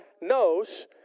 knows